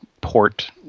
port